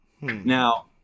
Now